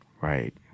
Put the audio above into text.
Right